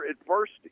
adversity